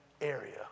area